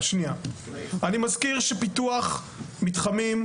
אני מזכיר לגבי פיתוח המתחמים,